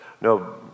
no